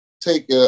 take